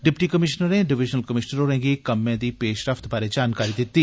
deputy कमीशनरें divisional commissioner होरें गी कम्में दी पैशरफ्त बारै जानकारी दिती